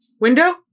window